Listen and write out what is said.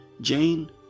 Jane